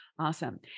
Awesome